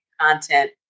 content